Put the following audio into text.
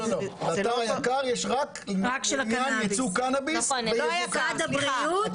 באתר היק"ר יש רק נוהל ייצוא קנאביס ויבוא קנאביס.